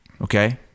okay